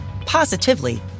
positively